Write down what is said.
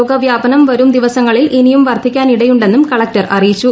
രോഗവ്യാപനം വരും ദിവസങ്ങളിൽ ഇനിയും വർധിക്കാനിടയുണ്ടെന്നും കളകൂർ അറിയിച്ചു